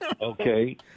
Okay